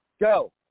Go